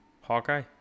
Hawkeye